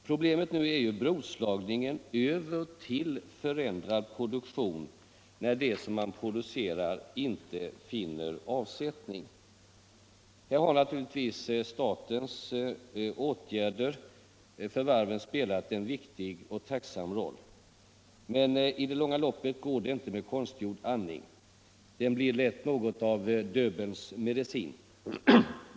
Problemet nu är ju broslagningen över till förändrad produktion när det som man producerar inte finner avsättning. Här har naturligtvis statens åtgärder för varven spelat en viktig och tacksam roll, men i det långa loppet går det inte med konstgjord andning; den blir lätt något av Döbelns medicin.